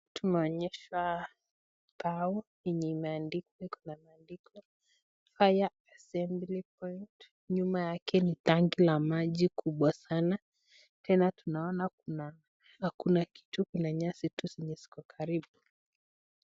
Tumeonyeshwa kibao yenye imeandikwa iko na maandiko fire assembly point ,nyuma yake ni tangi la maji kubwa sana, tena tunaona kuna hakuna kitu kuna nyasi tu zenye ziko karibu.